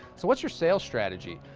so what's your sale strategy,